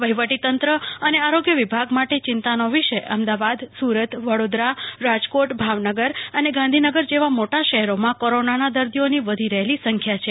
વહિવટીતંત્ર અને આરોગ્ય વિભાગ માટે ચિંતાનો વિષય અમદાવાદ સુરત વડોદરા રાજકોટ ભાવનગર અને ગાંધીનગર જેવા મોટા શહેરોમાં કોરોનાના દર્દીઓની વધી રહેલી સંખ્યા છે